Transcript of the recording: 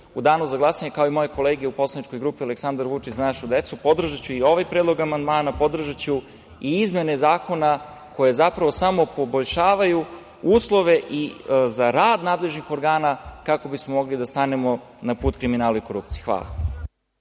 u danu za glasanje, kao i moje kolege u poslaničkoj grupi Aleksandar Vučić – Za našu decu, podržaću i ovaj Predlog amandmana, podržaću i izmene zakona koje zapravo samo poboljšavaju uslove za rad nadležnih organa, kako bismo mogli da stanemo na put kriminalu i korupciji. Hvala.